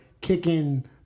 kicking